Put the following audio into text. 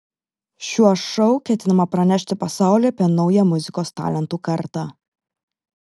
šiuo šou ketinama pranešti pasauliui apie naują muzikos talentų kartą